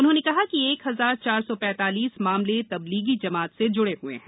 उन्होंने कहा कि एक हजार चार सौ पैंतालीस मामले तबलीगी जमात से जुडे हैं